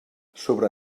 sobre